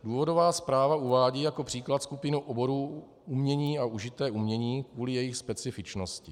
Důvodová zpráva uvádí jako příklad skupinu oborů umění a užité umění kvůli jejich specifičnosti.